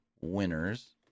winners